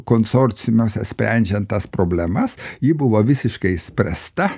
konsorciumuose sprendžiant tas problemas ji buvo visiškai išspręsta